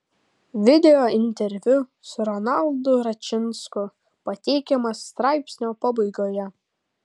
video interviu su ronaldu račinsku pateikiamas straipsnio pabaigoje